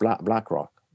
BlackRock